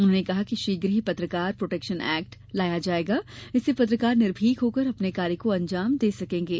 उन्होंने कहा कि शीघ्र ही पत्रकार प्रोटेक्शन एक्ट लाया जाएगा इससे पत्रकार निर्भीक होकर अपने कार्य को अंजाम दे सकेंगे